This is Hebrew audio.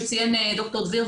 שציין ד"ר דביר,